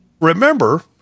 Remember